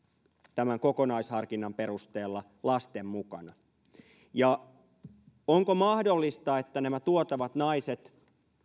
tämän kokonaisharkinnan perusteella lasten mukana ja onko mahdollista että nämä tuotavat naiset